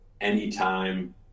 anytime